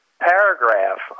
paragraph